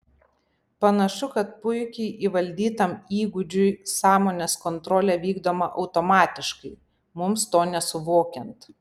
panašu kad puikiai įvaldytam įgūdžiui sąmonės kontrolė vykdoma automatiškai mums to nesuvokiant